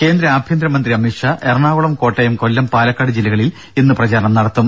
കേന്ദ്ര ആഭ്യന്തര മന്ത്രി അമിത്ഷാ എറണാകുളം കോട്ടയം കൊല്ലം പാലക്കാട് ജില്ലകളിൽ ഇന്ന് പ്രചാരണം നടത്തും